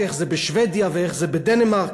איך זה בשבדיה ואיך זה בדנמרק,